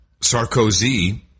Sarkozy